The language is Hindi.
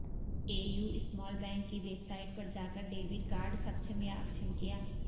ए.यू स्मॉल बैंक की वेबसाइट पर जाकर डेबिट कार्ड सक्षम या अक्षम किया